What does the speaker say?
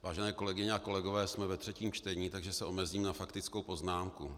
Vážené kolegyně a kolegové, jsme ve třetím čtení, takže se omezím na faktickou poznámku.